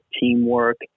teamwork